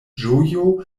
ĝojo